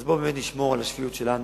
אז בואו נשמור על השפיות שלנו,